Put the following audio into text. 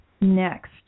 Next